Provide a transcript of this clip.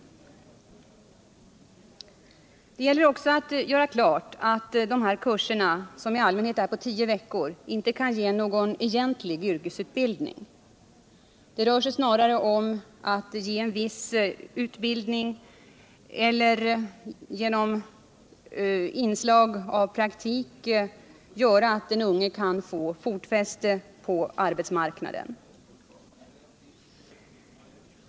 Det gäller också att göra klart att dessa kurser, som i allmänhet är på tio veckor, inte kan ge någon egentlig yrkesutbildning. Det rör sig snarare om att ge en viss utbildning eller att genom inslag av arbetslivserfarenhet göra så att den unge får ett fotfäste på arbetsmarknaden.